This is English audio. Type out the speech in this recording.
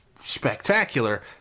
spectacular